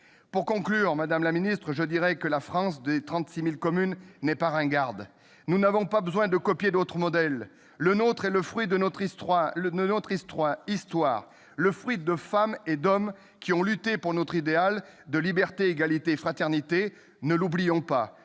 Pour conclure, madame la ministre, je dirai que la France des 36 000 communes n'est pas ringarde. Absolument ! Nous n'avons pas besoin de copier d'autres modèles : le nôtre est le fruit de notre histoire, le fruit de femmes et d'hommes qui ont lutté pour notre idéal de liberté, d'égalité, de fraternité. Ne l'oublions pas.